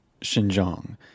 Xinjiang